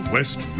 West